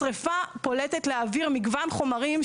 השריפה פולטת לאוויר מגוון חומרים,